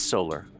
Solar